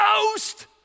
ghost